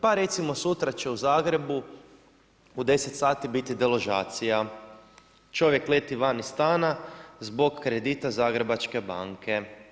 Pa recimo sutra će u Zagrebu u deset sati biti deložacija, čovjek leti van iz stana zbog kredita Zagrebačke banke.